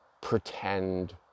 pretend